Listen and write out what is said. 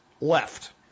left